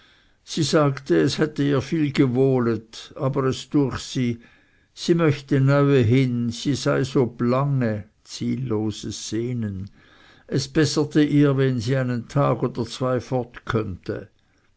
sie sagte es hätte ihr viel gewohlet aber es düech sie sie möchte neuehin sie sei so blange es besserete ihr wenn sie einen tag oder zwei fort könnte